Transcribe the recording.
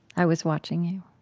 i was watching you,